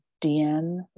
DM